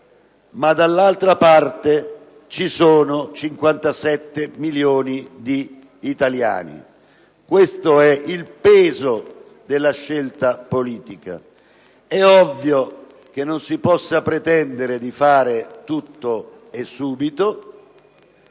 ma dall'altra anche 57 milioni di italiani. Questo è il peso della scelta politica. È ovvio che non si possa pretendere di fare tutto e subito,